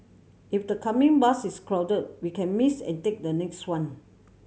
if the coming bus is crowded we can miss and take the next one